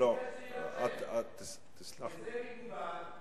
וזה מקובל.